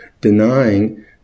denying